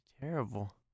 terrible